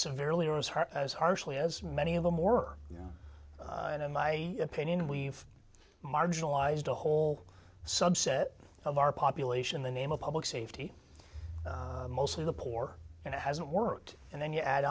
severely or as hard as harshly as many of them were and in my opinion we've marginalized a whole subset of our population in the name of public safety mostly the poor and it hasn't worked and then you add